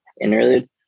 interlude